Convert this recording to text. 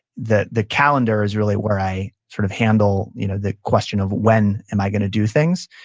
the the calendar is really where i sort of handle you know the question of when am i going to do things,